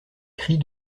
cris